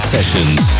Sessions